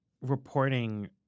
reporting